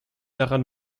daran